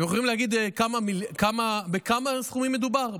אתם יכולים להגיד כמה הסכום המדובר?